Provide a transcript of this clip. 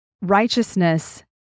righteousness